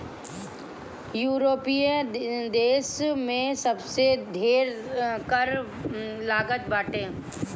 यूरोपीय देस में सबसे ढेर कर लागत बाटे